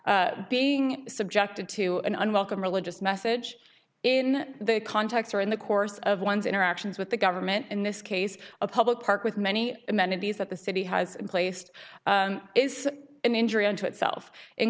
being subjected to an unwelcome religious message in the context or in the course of one's interactions with the government in this case a public park with many amenities that the city has placed is an injury unto itself in